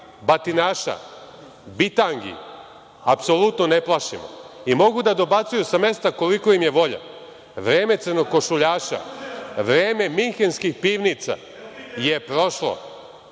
batinaša, bitangi apsolutno ne plašimo. Mogu da dobacuju sa mesta koliko im je volja, vreme crnokošuljaša, vreme minhenskih pivnica je prošlo.